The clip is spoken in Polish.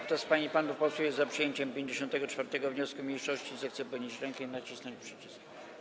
Kto z pań i panów posłów jest za przyjęciem 54. wniosku mniejszości, zechce podnieść rękę i nacisnąć przycisk.